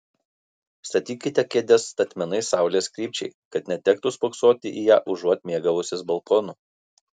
statykite kėdes statmenai saulės krypčiai kad netektų spoksoti į ją užuot mėgavusis balkonu